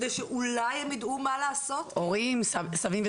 כדי שאולי הם ידעו מה לעשות.